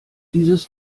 dieses